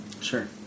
Sure